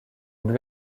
lui